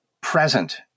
present